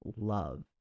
love